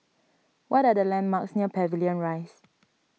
what are the landmarks near Pavilion Rise